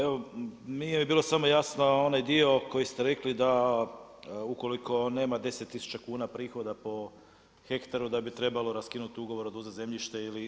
Evo nije mi bilo samo jasno onaj dio koji ste rekli, da ukoliko nema 10000 kuna prihoda po hektaru, da bi trebalo raskinuti ugovor, oduzeti zemljište ili.